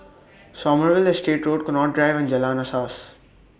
Sommerville Estate Road Connaught Drive and Jalan Asas